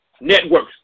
Networks